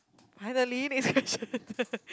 finally next question